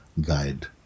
guide